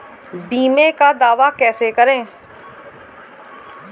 बीमे का दावा कैसे करें?